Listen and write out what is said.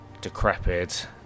decrepit